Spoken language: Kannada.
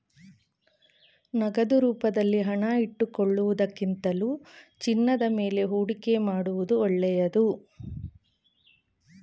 ನಗದು ರೂಪದಲ್ಲಿ ಹಣ ಇಟ್ಟುಕೊಳ್ಳುವುದಕ್ಕಿಂತಲೂ ಚಿನ್ನದ ಮೇಲೆ ಹೂಡಿಕೆ ಮಾಡುವುದು ಒಳ್ಳೆದು